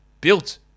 built